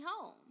home